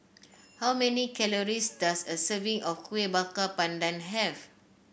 how many calories does a serving of Kueh Bakar Pandan have